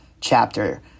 chapter